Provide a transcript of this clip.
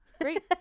Great